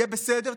יהיה בסדר?